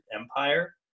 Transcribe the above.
Empire